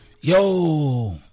Yo